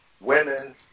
women